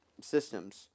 systems